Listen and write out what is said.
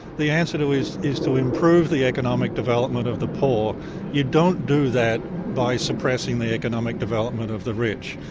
the answer to it is to improve the economic development of the poor you don't do that by suppressing the economic development of the rich.